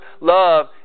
love